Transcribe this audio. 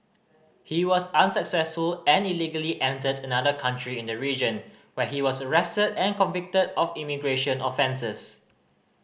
he was unsuccessful and illegally entered another country in the region where he was arrested and convicted of immigration offences